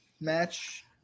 match